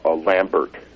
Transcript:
Lambert